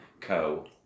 Co